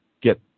get